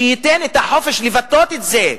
שייתן את החופש לבטא את זה.